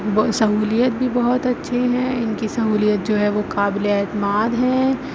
سہولیت بھی بہت اچھے ہیں ان کی سہولیت جو ہے وہ قابل اعتماد ہے